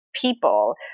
people